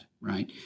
Right